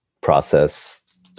process